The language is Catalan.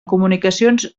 comunicacions